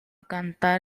cantar